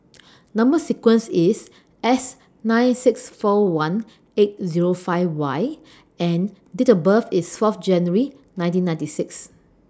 Number sequence IS S nine six four one eight Zero five Y and Date of birth IS four January nineteen ninety six